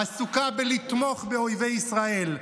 עסוקה בלתמוך באויבי ישראל.